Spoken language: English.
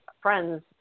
friends